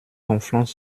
conflans